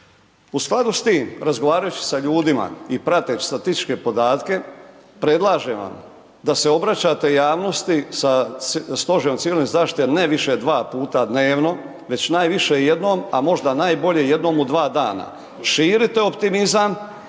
U skladu s tim, razgovarajući sa ljudima i prateć statističke podatke, predlažem vam da se obraćate javnosti sa Stožerom civilne zaštite ne više dva puta dnevno, već najviše jednom, a možda najbolje jednom u dva dana. Širite optimizam,